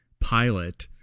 pilot